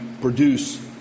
produce